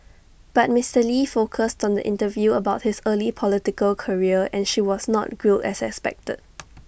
but Mister lee focused on the interview about his early political career and she was not grilled as expected